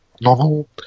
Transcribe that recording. novel